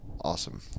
Awesome